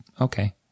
okay